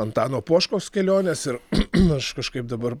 antano poškos kelionės ir aš kažkaip dabar